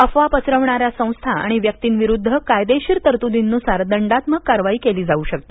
अफवा पसरविणाऱ्या संस्था आणि व्यक्तींविरूद्ध कायदेशीर तरतुदींनुसार दंडात्मक कारवाई केली जाऊ शकते